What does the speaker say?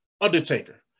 Undertaker